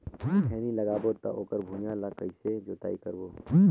खैनी लगाबो ता ओकर भुईं ला कइसे जोताई करबो?